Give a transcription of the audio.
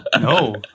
No